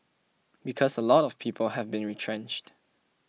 because a lot of people have been retrenched